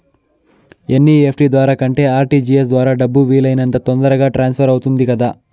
NEFT ద్వారా కంటే RTGS ద్వారా డబ్బు వీలు అయినంత తొందరగా ట్రాన్స్ఫర్ అవుతుంది కదా